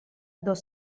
dos